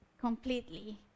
completely